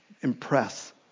impress